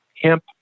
hemp